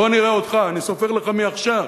בוא נראה אותך, אני סופר לך מעכשיו.